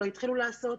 לא התחילו לעשות.